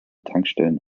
tankstellen